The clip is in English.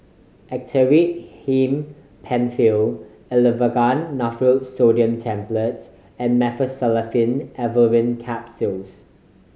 Actrapid Him Penfill Aleve Naproxen Sodium Tablets and Meteospasmyl Alverine Capsules